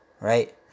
right